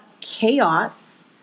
chaos